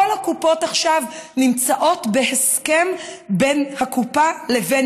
וכל הקופות עכשיו נמצאות בהסכם בינן לבין